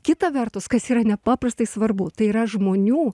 kita vertus kas yra nepaprastai svarbu tai yra žmonių